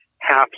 half